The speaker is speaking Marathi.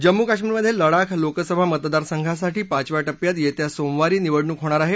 जम्मू काश्मिरमधे लडाख लोकसभा मतदारसंघासाठी पाचव्या टप्प्यात येत्या सोमवारी निवडणूक होणार आहे